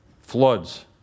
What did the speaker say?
floods